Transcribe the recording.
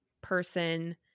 person